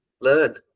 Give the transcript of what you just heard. learn